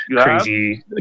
crazy